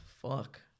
fuck